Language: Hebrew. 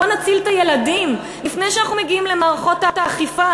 בואו נציל את הילדים לפני שאנחנו מגיעים למערכות האכיפה.